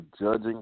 judging